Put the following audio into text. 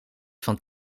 van